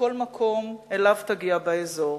בכל מקום שאליו תגיע באזור.